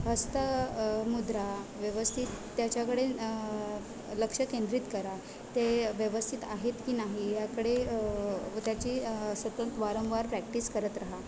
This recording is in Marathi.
हस्त मुद्रा व्यवस्थित त्याच्याकडे लक्ष केंद्रित करा ते व्यवस्थित आहेत की नाही याकडे व त्याची सतत वारंवार प्रॅक्टिस करत रहा